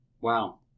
Wow